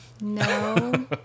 No